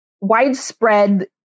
widespread